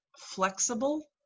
flexible